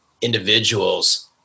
individuals